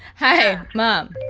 hi, mom.